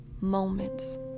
moments